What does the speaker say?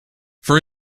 for